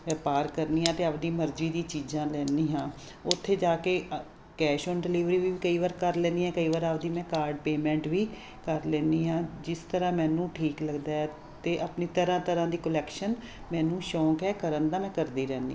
ਵਪਾਰ ਕਰਦੀ ਐ ਅਤੇ ਆਪਦੀ ਮਰਜ਼ੀ ਦੀਆਂ ਚੀਜ਼ਾਂ ਲੈਂਦੀ ਹਾਂ ਉੱਥੇ ਜਾ ਕੇ ਕੈਸ਼ ਓਨ ਡਿਲੀਵਰੀ ਵੀ ਕਈ ਵਾਰ ਕਰ ਲੈਂਦੀ ਹਾਂ ਕਈ ਵਾਰ ਆਪਦੀ ਮੈਂ ਕਾਰਡ ਪੇਮੈਂਟ ਵੀ ਕਰ ਲੈਂਦੀ ਹਾਂ ਜਿਸ ਤਰ੍ਹਾਂ ਮੈਨੂੰ ਠੀਕ ਲਗਦਾ ਅਤੇ ਆਪਣੀ ਤਰ੍ਹਾਂ ਤਰ੍ਹਾਂ ਦੀ ਕੋਲੈਕਸ਼ਨ ਮੈਨੂੰ ਸ਼ੌਕ ਹੈ ਕਰਨ ਦਾ ਮੈਂ ਕਰਦੀ ਰਹਿੰਦੀ